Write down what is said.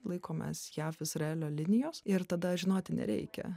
laikomės jav izraelio linijos ir tada žinoti nereikia